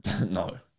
No